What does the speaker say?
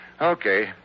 Okay